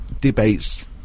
debates